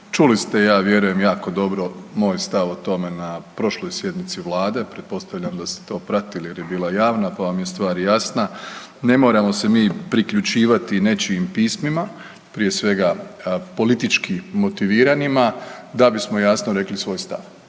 čuli ste, ja vjerujem, jako dobro moj stav o tome na prošloj sjednici Vlade, pretpostavljam da se to pratili jer je bila javna pa vam je stvar jasna. Ne moramo se mi priključivati nečijim pismima, prije svega politički motiviranima, da bismo jasno rekli svoj stav.